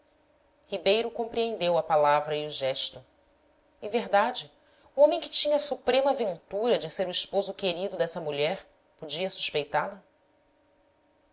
ribeiro compreendeu a palavra e o gesto em verdade o homem que tinha a suprema ventura de ser o esposo querido dessa mulher podia